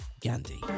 Gandhi